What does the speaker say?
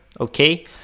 okay